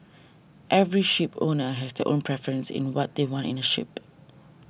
every shipowner has their own preference in what they want in a ship